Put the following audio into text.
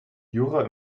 jura